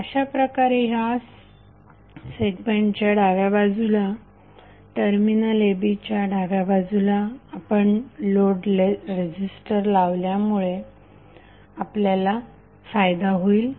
अशाप्रकारे ह्या सेगमेंटच्या डाव्या बाजूला टर्मिनल a b च्या डाव्या बाजूला आपण लोड रेझिस्टर ठेवल्यामुळे आपल्याला फायदा होईल